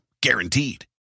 guaranteed